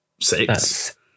six